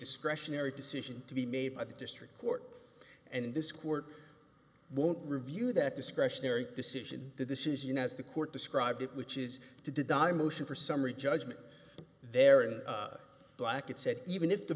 discretionary decision to be made by the district court and this court won't review that discretionary decision the decision as the court described it which is to die motion for summary judgment there in black it said even if the